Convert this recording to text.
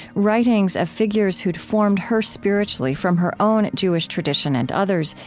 writings of figures who formed her spiritually from her own jewish tradition and others,